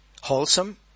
wholesome